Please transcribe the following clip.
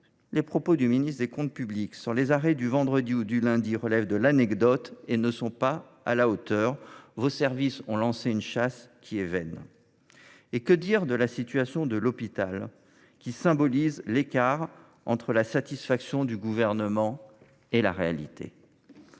Les propos du ministre délégué chargé des comptes publics sur les arrêts du vendredi ou du lundi relèvent de l’anecdote et ne sont pas à la hauteur. Vos services ont lancé une chasse qui est vaine. Et que dire de la situation de l’hôpital, qui symbolise l’écart entre la satisfaction du Gouvernement et la réalité ?